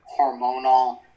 hormonal